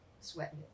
sweating